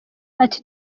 ati